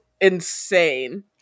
insane